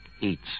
Eats